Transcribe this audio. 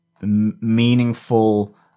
meaningful